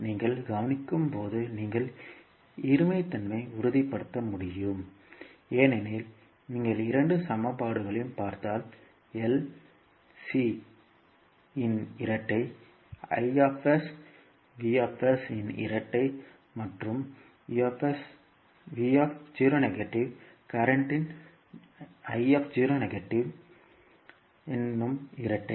நீங்கள் கவனிக்கும் போது நீங்கள் இருமைத்தன்மை உறுதிப்படுத்த முடியும் ஏனெனில் நீங்கள் இரண்டு சமன்பாடுகளையும் பார்த்தால் L C இன் இரட்டை இன் இரட்டை மற்றும் தற்போதைய இன் இரட்டை